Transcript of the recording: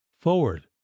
forward